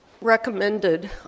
recommended